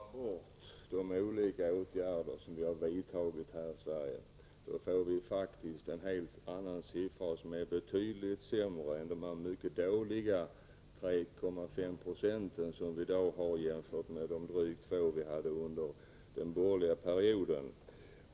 Herr talman! Om vi skalar bort de olika åtgärder som vi vidtagit här i Sverige, får vi faktiskt fram en helt annan siffra. Den är betydligt sämre än den mycket dåliga siffra, 3,5 90, som vi har i dag — och som kan jämföras med de drygt 2 26 som vi hade under den borgerliga perioden.